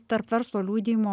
tarp verslo liudijimo